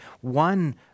one